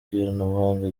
bw’ikoranabuhanga